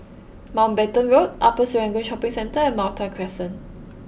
Mountbatten Road Upper Serangoon Shopping Centre and Malta Crescent